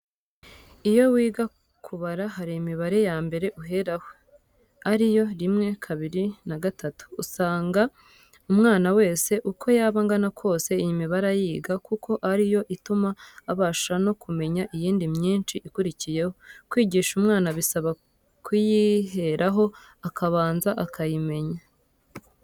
Iyo wiga kubara hari imibare ya mbere uheraho, ariyo: "Rimwe, kabiri na gatatu" usanga umwana wese uko yaba angana kose iyi mibare ayiga kuko ari yo ituma abasha no kumenya iyindi myinshi ikurikiyeho. Kwigisha umwana bisaba kuyiheraho akabanza akayimenya.